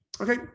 Okay